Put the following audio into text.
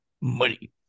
Money